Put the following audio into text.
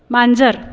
मांजर